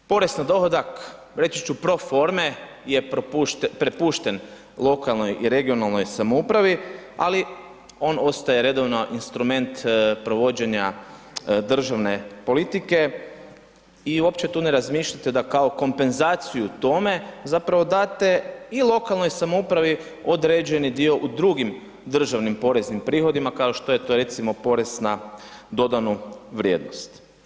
Porez na dohodak, reći ću pro forme je prepušten lokalnoj i regionalnoj samoupravi, ali o ostaje redovan instrument provođenja državne politike i uopće tu ne razmišljate da kao kompenzaciju tome zapravo date i lokalnoj samoupravi određeni dio u drugim državnim poreznim prihodima kao što je to recimo porez na dodanu vrijednost.